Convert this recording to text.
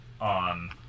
on